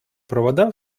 провода